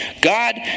God